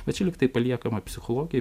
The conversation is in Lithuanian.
bet čia lygtai paliekama psichologijai